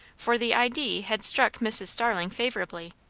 for the idee had struck mrs. starling favourably,